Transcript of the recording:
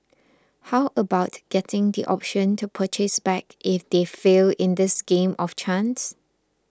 how about getting the Option to Purchase back if they fail in this game of chance